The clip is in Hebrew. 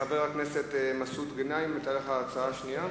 חבר הכנסת מסעוד גנאים, היתה לך הצעה שנייה?